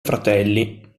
fratelli